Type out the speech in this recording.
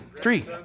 Three